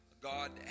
God